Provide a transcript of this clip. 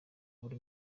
buri